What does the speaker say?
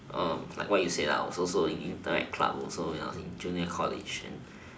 is like what you said I was also into like club also you know in junior college and